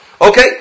Okay